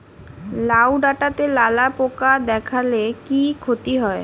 লাউ ডাটাতে লালা পোকা দেখালে কি ক্ষতি হয়?